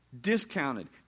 discounted